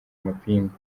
amapingu